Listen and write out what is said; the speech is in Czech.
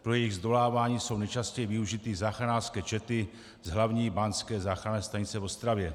Pro jejich zdolávání jsou nejčastěji využity záchranářské čety z Hlavní báňské záchranné stanice v Ostravě.